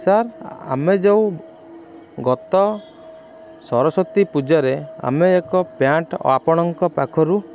sir ଆମେ ଯେଉଁ ଗତ ସରସ୍ଵତୀ ପୂଜାରେ ଆମେ ଏକ ପ୍ୟାଣ୍ଟ୍ ଆପଣଙ୍କ ପାଖରୁ